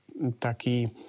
taký